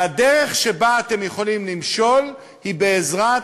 והדרך שבה אתם יכולים למשול היא בעזרת